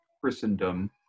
Christendom